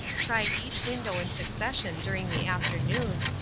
tried each window in succession during the afternoon,